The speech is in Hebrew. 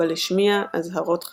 אבל השמיע אזהרות חמורות.